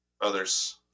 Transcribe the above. others